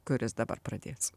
kuris dabar pradės